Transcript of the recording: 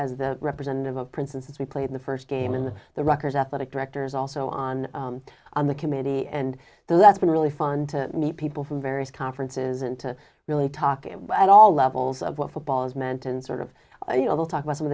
as the representative of princeton since we played the first game in the records athletic directors also on the on the committee and that's been really fun to meet people from various conferences and to really talking at all levels of what football is meant and sort of you know we'll talk about some of